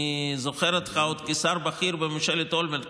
אני זוכר אותך עוד כשר בכיר בממשלת אולמרט,